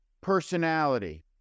personality